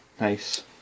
Nice